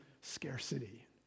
scarcity